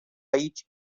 aici